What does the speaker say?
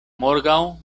morgaŭ